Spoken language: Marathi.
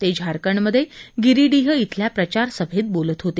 ते झारखंडमध्ये गिरीडीह बेल्या प्रचारसभेत बोलत होते